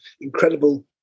incredible